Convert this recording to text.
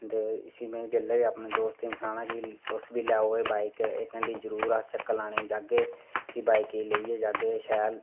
ते इसी में जेल्लै बी अपने दोस्तें गी सनाना कि तुस बी लैओ एह् बाइक इक्क बारी जरूर चक्कर लाने गी जाह्गे इसी बाईक गी लेइयै जाह्गे शैल